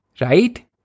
right